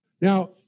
Now